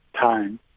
time